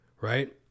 Right